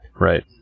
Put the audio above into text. Right